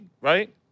right